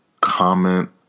comment